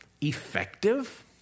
effective